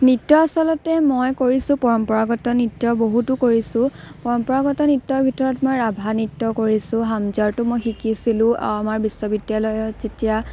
নৃত্য আচলতে মই কৰিছোঁ পৰম্পৰাগত নৃত্য বহুতো কৰিছোঁ পৰম্পৰাগত নৃত্যৰ ভিতৰত মই ৰাভা নৃত্য কৰিছোঁ হামজাৰটো মই শিকিছিলোঁ আমাৰ বিশ্ববিদ্যালয়ত যেতিয়া